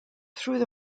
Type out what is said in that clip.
through